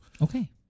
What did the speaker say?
Okay